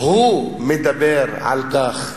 הוא מדבר על כך,